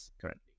currently